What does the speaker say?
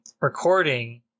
recording